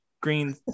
Green